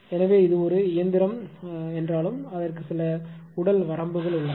எனவே இது ஒரு இயந்திரம் என்றாலும் அதற்கு சில உடல் வரம்புகள் உள்ளன